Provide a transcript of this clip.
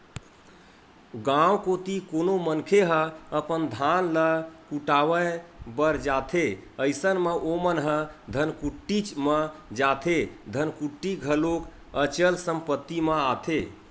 गाँव कोती कोनो मनखे ह अपन धान ल कुटावय बर जाथे अइसन म ओमन ह धनकुट्टीच म जाथे धनकुट्टी घलोक अचल संपत्ति म आथे